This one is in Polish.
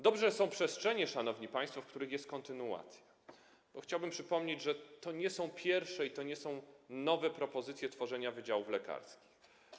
Dobrze, że są przestrzenie, szanowni państwo, w których jest kontynuacja, bo chciałbym przypomnieć, że to nie są pierwsze i to nie są nowe propozycje tworzenia wydziałów lekarskich.